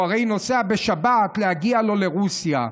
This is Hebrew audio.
הוא הרי נוסע בשבת להגיע לו לרוסיה.